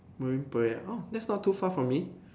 Marine Parade oh that's not too far from me